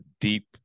deep